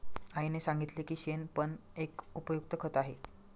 आईने सांगितले की शेण पण एक उपयुक्त खत आहे